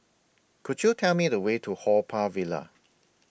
Could YOU Tell Me The Way to Haw Par Villa